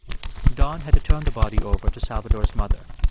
don had to turn the body over to salvador's mother,